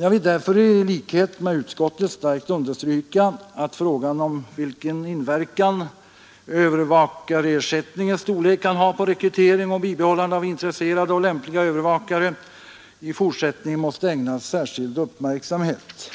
Jag vill därför i likhet med utskottet starkt understryka att frågan om vilken inverkan övervakarersättningens storlek kan ha på rekrytering och bibehållande av intresserade och lämpliga övervakare i fortsättningen måste ägnas särskild uppmärksamhet.